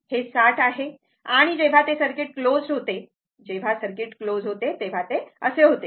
हे 60 आहे आणि जेव्हा ते सर्किट क्लोज्ड होते जेव्हा सर्किट क्लोज्ड होते तेव्हा ते असे होते